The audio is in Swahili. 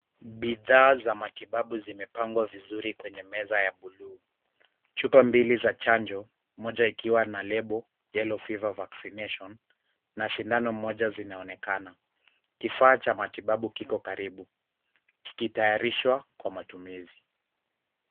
Bidhaa za matibabu zimepangwa vizuri kwenye meza ya buluu. Chupa mbili za chanjo, moja ikiwa na lebo yellow fever vaccination na sindano moja zinaonekana. Kifaa cha matibabu kiko karibu, kikitayarishwa kwa matumizi.